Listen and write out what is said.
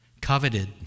coveted